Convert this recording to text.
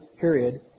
period